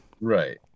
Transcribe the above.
Right